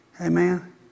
Amen